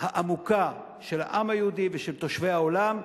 העמוקה של העם היהודי ושל תושבי העולם,